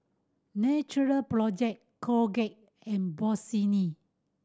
Natural Project Colgate and Bossini